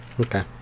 Okay